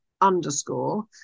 underscore